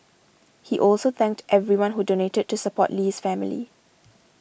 he also thanked everyone who donated to support Lee's family